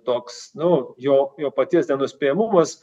toks nu jo jo paties nenuspėjamumas